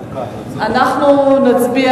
אנחנו נצביע,